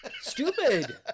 stupid